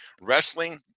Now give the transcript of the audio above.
wrestling